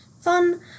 fun